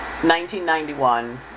1991